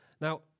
Now